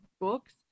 books